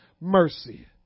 mercy